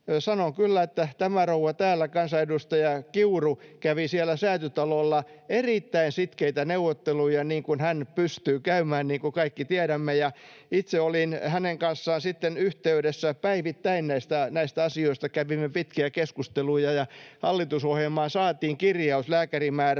sanon kyllä, että tämä rouva täällä, kansanedustaja Kiuru, kävi siellä Säätytalolla erittäin sitkeitä neuvotteluja, niin kuin hän pystyy käymään, niin kuin kaikki tiedämme. Itse olin hänen kanssaan sitten yhteydessä päivittäin näistä asioista, kävimme pitkiä keskusteluja, ja hallitusohjelmaan saatiin kirjaus lääkärimäärän